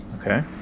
Okay